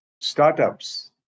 startups